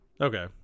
okay